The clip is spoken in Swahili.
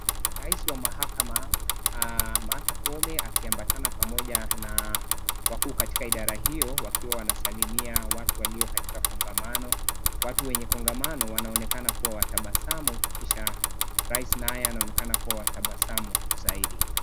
Rais wa mahakama Martha Koome akiambatana pamoja na wakuu katika idara hiyo wakiwa wsnasalimia watu walio katika kongamano. Watu wenye kongamano wanaonekana kuwa watabasamu kisha rais naye anaonekana kuwa watabasamu zaidi.